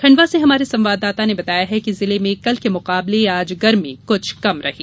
खंडवा से हमारे संवाददाता ने बताया है कि जिले में कल के मुकाबले आज गर्मी कुछ कम रही